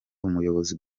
umuyobozi